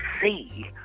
see